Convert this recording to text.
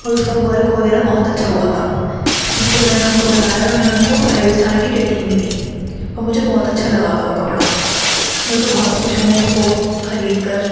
اور اس کا ورک وغیرہ بہت اچھا ہوا تھا اس لیے میں نے ان کو بتایا اور میں نے ان کو فائیو اسٹار کی ریٹنگ بھی دی اور مجھے بہت اچھا لگا تھا وہ کپڑا میں تو بہت خوش ہوں اس کو خرید کر